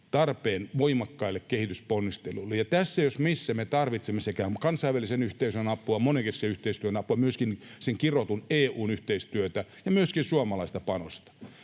tarpeen voimakkaille kehitysponnisteluille. Tässä jos missä me tarvitsemme sekä kansainvälisen yhteisön apua, monenkeskisen yhteistyön apua että myöskin sen kirotun EU:n yhteistyötä ja myöskin suomalaista panosta.